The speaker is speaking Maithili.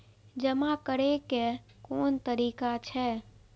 जमा करै के कोन तरीका छै?